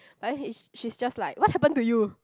but then he's she's just like what happen to you